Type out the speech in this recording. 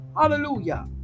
Hallelujah